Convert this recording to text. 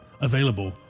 Available